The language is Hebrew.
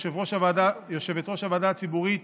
יושבת-ראש הוועדה הציבורית